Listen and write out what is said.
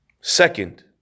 Second